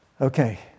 okay